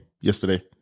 yesterday